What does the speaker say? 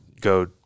go